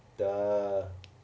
the